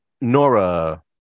Nora